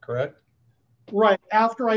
correct right after i